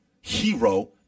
hero